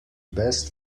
best